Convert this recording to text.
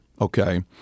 okay